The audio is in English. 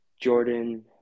jordan